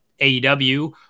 AEW